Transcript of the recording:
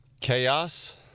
Chaos